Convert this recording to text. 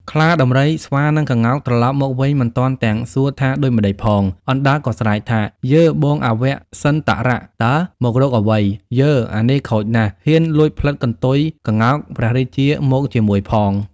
ខ្លា ដំរី ស្វា និងក្ងោក ត្រឡប់មកវិញមិនទាន់ទាំងសួរថាដូចម្ដេចផង អណ្ដើកក៏ស្រែកថា៖ "យើ! បងអវៈសិន្ទរតើ! មករកអ្វី? យើ! អានេះខូចណាស់ ហ៊ានលួចផ្លិតកន្ទុយក្ងោកព្រះរាជាមកជាមួយផង"។